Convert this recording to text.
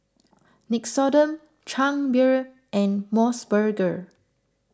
Nixoderm Chang Beer and Mos Burger